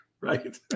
Right